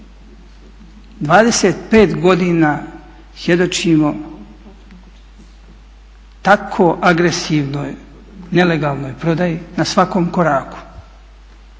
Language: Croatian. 25 godina svjedočimo tako agresivnoj nelegalnoj prodaji na svakom koraku.